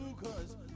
cause